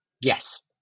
yes